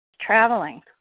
traveling